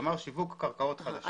כלומר, שיווק קרקעות חלשות.